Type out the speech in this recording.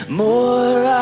more